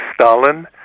Stalin